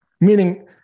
meaning